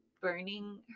burning